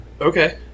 Okay